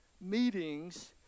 meetings